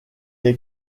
est